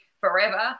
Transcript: forever